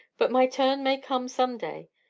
but my turn may come some day.